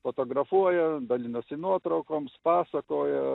fotografuoja dalinosi nuotraukoms pasakoja